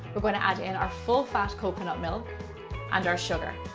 we're going to add in our full-fat coconut milk and our sugar.